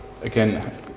again